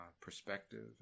perspective